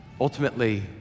ultimately